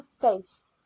face